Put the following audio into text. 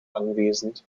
anwesend